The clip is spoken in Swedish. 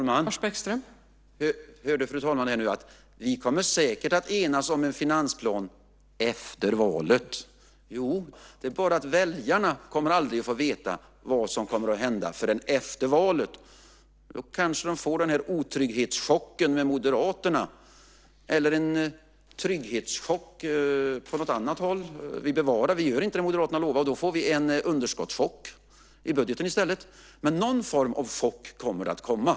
Fru talman! Hörde fru talman det nu: Vi kommer säkert att enas om en finansplan - efter valet! Jo, det tror jag också. Det är bara det att väljarna aldrig kommer att få veta vad som kommer att hända förrän efter valet. Då kanske de får den här otrygghetschocken med Moderaterna - eller en trygghetschock på något annat håll. Ni kanske inte gör det som Moderaterna lovar, och då får vi en underskottschock i budgeten i stället. Någon form av chock kommer det att komma.